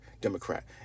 Democrat